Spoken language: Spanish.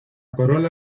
corola